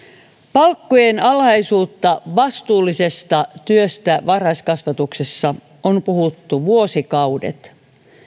palkkojen alhaisuudesta vastuullisessa työssä varhaiskasvatuksessa on puhuttu vuosikaudet